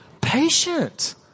Patient